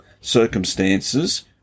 circumstances